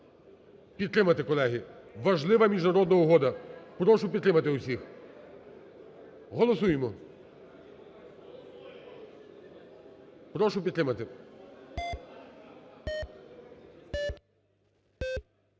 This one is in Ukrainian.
підтримати, колеги. Важлива міжнародна угода. Прошу підтримати всіх, голосуємо. Прошу підтримати.